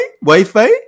Wi-Fi